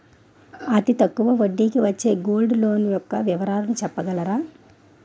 అతి తక్కువ వడ్డీ కి వచ్చే గోల్డ్ లోన్ యెక్క వివరాలు చెప్పగలరా?